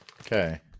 Okay